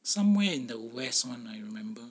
somewhere in the west [one] I remember